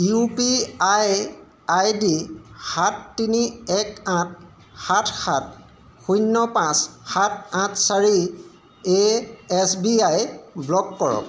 U P I I D সাত তিনি এক আঠ সাত সাত শূন্য পাঁচ সাত আঠ চাৰি A S B I block কৰক